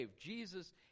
Jesus